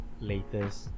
latest